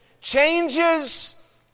changes